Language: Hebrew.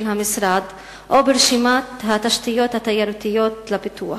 המשרד או ברשימת התשתיות התיירותיות לפיתוח.